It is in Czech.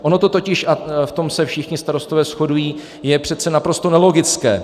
Ono to totiž a v tom se všichni starostové shodují je přece naprosto nelogické.